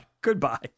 Goodbye